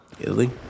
Italy